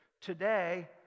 today